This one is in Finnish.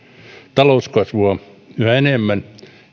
talouskasvua yhä enemmän